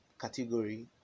category